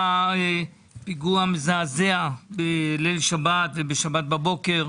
היה פיגוע מזעזע בליל שבת ובשבת בבוקר.